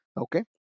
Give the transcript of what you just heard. Okay